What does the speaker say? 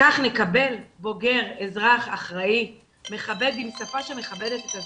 כך נקבל בוגר אזרח אחראי, עם שפה שמכבדת את הזולת.